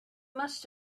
must